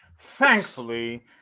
Thankfully